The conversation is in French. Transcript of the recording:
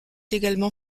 également